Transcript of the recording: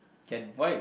can why